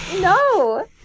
No